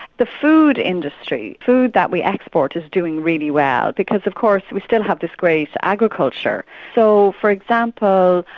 the food industry, food that we export is doing really well because of course we still have this great agriculture. so for example,